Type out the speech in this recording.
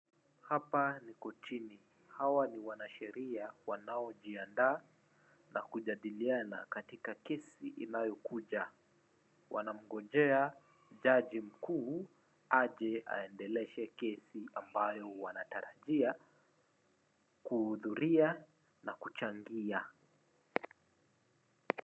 Hapa ni kortini. Hawa ni wanasheria wanaojiandaa na kujadiliana katika kesi inayokuja. Wanamgojea jaji mkuu aje aendeleze kesi ambayo wanatarajia kuhudhuria na kuchangia.